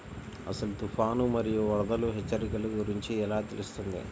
అసలు తుఫాను మరియు వరదల హెచ్చరికల గురించి ఎలా తెలుస్తుంది?